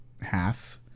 half